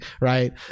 right